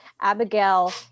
Abigail